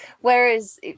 whereas